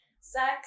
sex